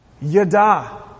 yada